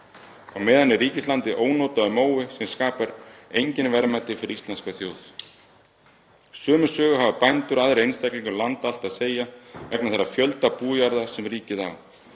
Á meðan er ríkislandið ónotaður mói sem skapar engin verðmæti fyrir íslenska þjóð. Sömu sögu hafa bændur og aðrir einstaklingar um land allt að segja vegna þeirra fjölda bújarða sem ríkið á,